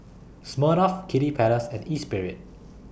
Smirnoff Kiddy Palace and Espirit